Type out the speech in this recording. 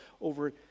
over